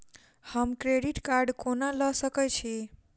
हम credit card कोना लऽ सकै छी?